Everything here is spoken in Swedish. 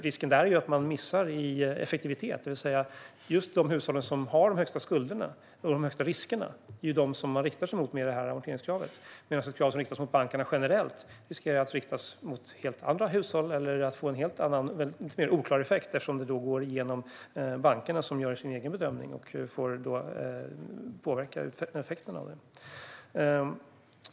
Risken med det är att man missar i effektivitet. Det här amorteringskravet riktas mot just de hushåll som har de högsta skulderna och som tar de största riskerna. Men ett generellt krav mot bankerna riskerar att riktas mot helt andra hushåll eller att få en mycket mer oklar effekt, eftersom det går genom bankerna som gör sin egen bedömning och som kan påverka effekterna av det.